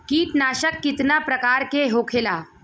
कीटनाशक कितना प्रकार के होखेला?